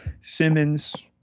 Simmons